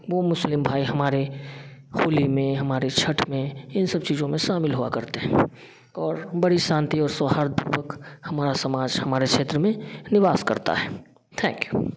वह मुस्लिम भाई हमारे होली में हमारे छठ में इन सब चीज़ों में शामिल हुआ करते हैं और बड़ी शांति और सोहार्थ पूर्वक हमारा समाज हमारे क्षेत्र में निवास करता है थैंक यू